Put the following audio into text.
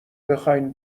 بخواین